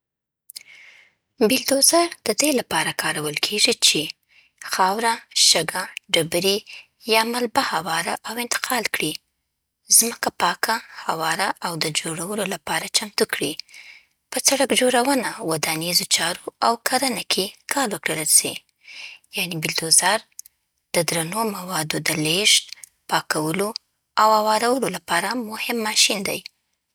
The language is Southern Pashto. بلدوزر د دې لپاره کارول کېږي چې: خاوره، شګه، ډبرې یا ملبه هواره او انتقال کړي. ځمکه پاکه، هواره او د جوړولو لپاره چمتو کړي. په سړک جوړونه، ودانیزو چارو او کرنه کې کار ورکړل سي. یعنې، بلدوزر د درنو موادو د لېږد، پاکولو او هوارولو لپاره مهم ماشین دی.